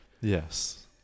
Yes